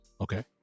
Okay